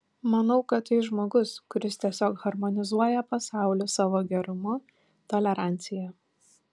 manau kad tai žmogus kuris tiesiog harmonizuoja pasaulį savo gerumu tolerancija